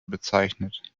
bezeichnet